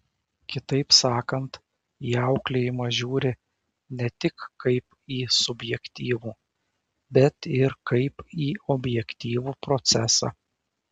kitaip sakant į auklėjimą žiūri ne tik kaip į subjektyvų bet ir kaip į objektyvų procesą